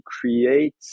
create